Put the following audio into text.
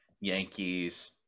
Yankees